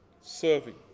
serving